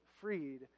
freed